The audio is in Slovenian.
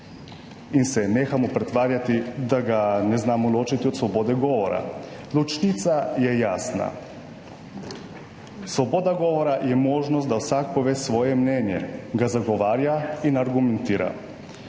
in se nehamo pretvarjati, da ga ne znamo ločiti od svobode govora. Ločnica je jasna: svoboda govora je možnost, da vsak pove svoje mnenje, ga zagovarja in argumentira